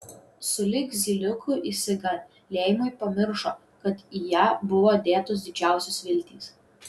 sulig zyliukų įsigalėjimu pamiršo kad į ją buvo dėtos didžiausios viltys